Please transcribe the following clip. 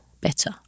better